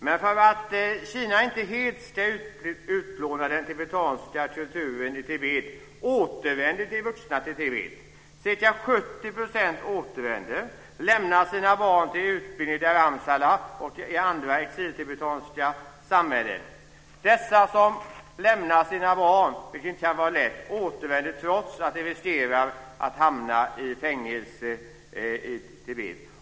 Men för att Kina inte helt ska utplåna den tibetanska kulturen i Tibet återvänder de vuxna till Tibet. Ca 70 % återvänder och lämnar sina barn till utbildning i Dharmshala och andra exiltibetanska samhällen. Dessa som lämnar sina barn, vilket inte kan vara lätt, återvänder trots att de riskerar att hamna i fängelse i Tibet.